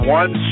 one